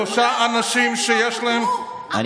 שלושה אנשים שיש להם, הם לא ייפגעו, כמה אפשר?